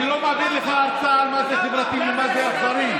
אני לא מעביר לך הרצאה על מה זה חברתי ומה זה אכזרי,